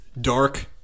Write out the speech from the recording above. dark